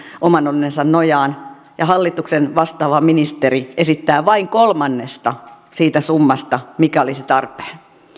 oman onnensa nojaan ja hallituksen vastaava ministeri esittää vain kolmannesta siitä summasta mikä olisi tarpeen